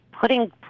putting